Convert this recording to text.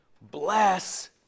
bless